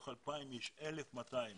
מתוכם 1,200 אנשים